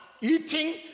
eating